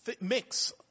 mix